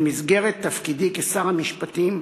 במסגרת תפקידי כשר המשפטים,